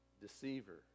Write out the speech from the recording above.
Deceiver